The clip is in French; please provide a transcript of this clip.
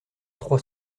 trois